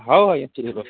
ହଉ ହଉ ଠିକ୍ ଅଛେ